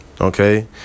okay